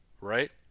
Right